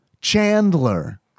Chandler